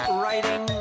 writing